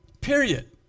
Period